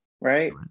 right